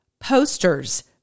posters